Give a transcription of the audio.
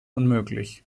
unmöglich